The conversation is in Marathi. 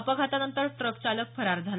अपघातानंतर ट्रक चालक फरार झाला